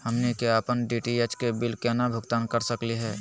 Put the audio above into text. हमनी के अपन डी.टी.एच के बिल केना भुगतान कर सकली हे?